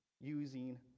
using